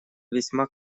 весьма